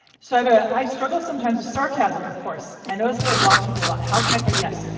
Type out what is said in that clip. sort of i i struggle sometimes the sarcasm. of course, i notice that i block people out. how can i put yes?